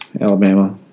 Alabama